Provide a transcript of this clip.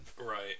Right